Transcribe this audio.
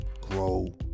grow